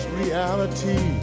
reality